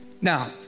Now